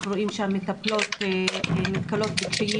אנחנו רואים שהמטפלות נתקלות בקשיים